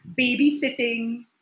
babysitting